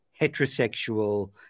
heterosexual